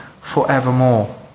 forevermore